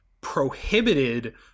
prohibited